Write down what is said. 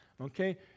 okay